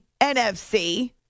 NFC